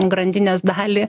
grandinės dalį